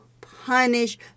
punish